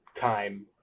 time